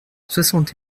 soixante